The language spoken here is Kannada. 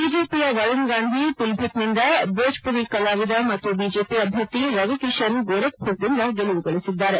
ಬಿಜೆಪಿಯ ವರುಣ್ಗಾಂಧಿ ಪಿಲಿಭಿತ್ನಿಂದ ಬೋಜ್ಮರಿ ಕಲಾವಿದ ಮತ್ತು ಬಿಜೆಪಿ ಅಭ್ಯರ್ಥಿ ರವಿಕಿಶನ್ ಗೋರಖ್ಮರದಿಂದ ಗೆಲುವುಗಳಿಸಿದ್ದಾರೆ